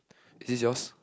is this yours